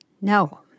No